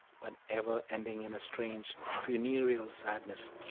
but ever ending in a strange, funereal sadness.